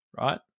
right